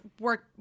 work